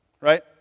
right